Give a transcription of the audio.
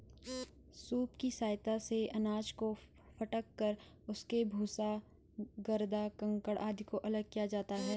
soup की सहायता से अनाज को फटक कर उसके भूसा, गर्दा, कंकड़ आदि को अलग किया जाता है